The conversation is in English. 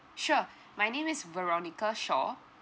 sure my name is veronica shaw